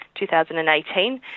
2018